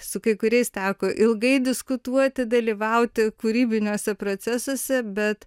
su kai kuriais teko ilgai diskutuoti dalyvauti kūrybiniuose procesuose bet